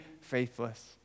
faithless